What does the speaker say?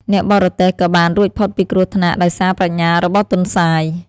អ្នកបរទេះក៏បានរួចផុតពីគ្រោះថ្នាក់ដោយសារប្រាជ្ញារបស់ទន្សាយ។